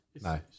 No